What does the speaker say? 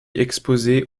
exposées